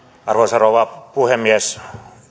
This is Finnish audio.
arvoisa rouva puhemies